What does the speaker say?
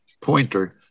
pointer